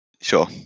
Sure